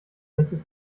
fläche